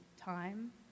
time